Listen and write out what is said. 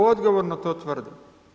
Odgovorno to tvrdim.